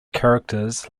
characters